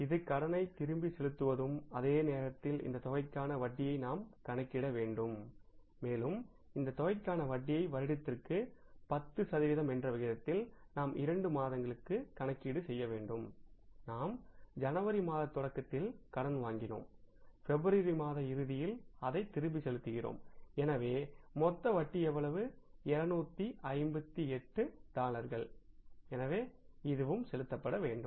இது கடனைத் திருப்பிச் செலுத்துவதும் அதே நேரத்தில் இந்தத் தொகைக்கான வட்டியை நாம் கணக்கிட வேண்டும் மேலும் இந்த தொகைக்கான வட்டியை வருடத்திற்க்கு 10 சதவிகிதம் என்ற விகிதத்தில் நாம் 2 மாதங்களுக்கு கணக்கீடு செய்யவேண்டும்நாம் ஜனவரி மாத தொடக்கத்தில் கடன் வாங்கினோம் பிப்ரவரி மாத இறுதியில் அதை திருப்பிச் செலுத்துகிறோம் எனவே மொத்த வட்டி எவ்வளவு 258 டாலர்கள் எனவே இதுவும் செலுத்தப்பட வேண்டும்